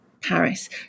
Paris